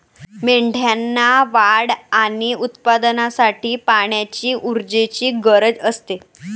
मेंढ्यांना वाढ आणि उत्पादनासाठी पाण्याची ऊर्जेची गरज असते